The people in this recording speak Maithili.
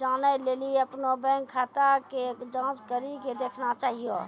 जानै लेली अपनो बैंक खाता के जांच करि के देखना चाहियो